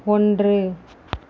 ஒன்று